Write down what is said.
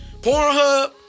Pornhub